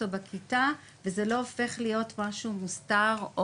בכיתה וזה לא הופך להיות משהו מוסתר,